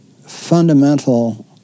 fundamental